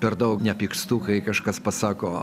per daug nepykstu kai kažkas pasako